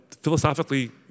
philosophically